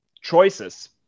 choices